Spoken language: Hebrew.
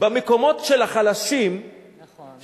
במקומות של החלשים, נכון.